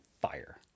fire